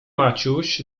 maciuś